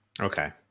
Okay